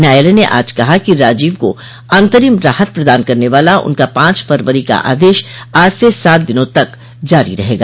न्यायालय ने आज कहा कि राजीव को अंतरिम राहत प्रदान करने वाला उसका पांच फरवरी का आदेश आज से सात दिनों तक जारी रहेगा